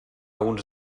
uns